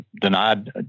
denied